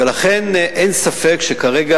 ולכן אין ספק שכרגע,